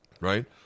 right